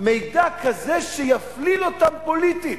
מידע כזה שיפליל אותם פוליטית,